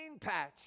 patch